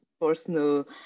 personal